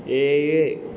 ഏഴ്